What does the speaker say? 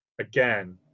again